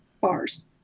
bars